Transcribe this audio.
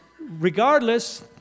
regardless